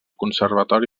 conservatori